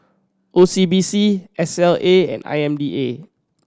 O C B C S L A and I M B A